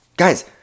Guys